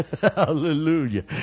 Hallelujah